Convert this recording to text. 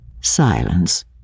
Silence